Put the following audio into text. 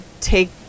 take